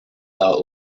dark